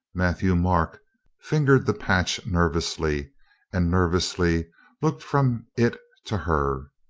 matthieu-marc fingered the patch nervously and nervously looked from it to her.